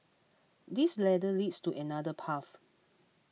this ladder leads to another path